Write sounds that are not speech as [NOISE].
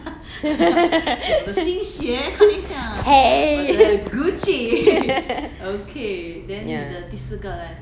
[LAUGHS] !hey! yeah